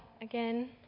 again